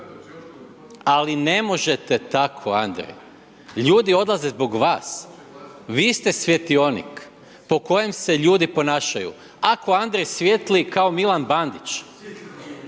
Ali ne možete tako Andrej, ljudi odlaze zbog vas, vi ste svjetionik po kojem se ljudi ponašaju. Ako Andrej svijetli kao Milan Bandić